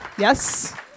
Yes